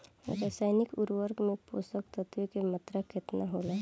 रसायनिक उर्वरक मे पोषक तत्व के मात्रा केतना होला?